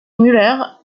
müller